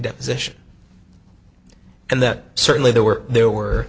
deposition and that certainly there were were there